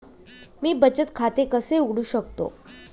मी बचत खाते कसे उघडू शकतो?